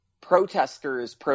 protesters